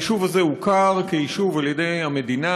היישוב הזה הוכר כיישוב על-ידי המדינה